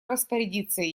распорядиться